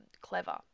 clever